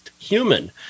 human